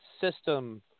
system